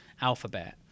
alphabet